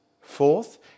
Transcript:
Fourth